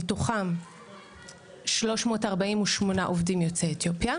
מתוכם 342 עובדים יוצאי אתיופיה,